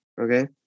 Okay